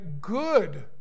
good